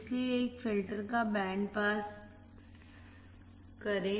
इसलिए एक फिल्टर का बैंड पास करें